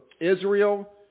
Israel